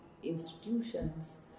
institutions